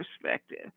perspective